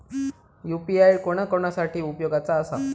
UPI कोणा कोणा साठी उपयोगाचा आसा?